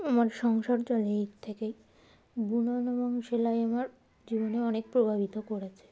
আমার সংসার চলে এর থেকেই বুনন এবং সেলাই আমার জীবনে অনেক প্রভাবিত করেছে